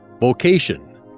vocation